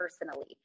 personally